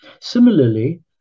Similarly